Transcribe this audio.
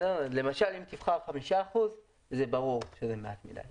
למשל אם תבחר 5% ברור שזה מעט מדי,